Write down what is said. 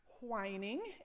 whining